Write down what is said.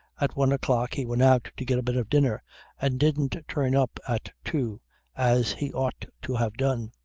at one o'clock he went out to get a bit of dinner and didn't turn up at two as he ought to have done.